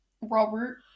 robert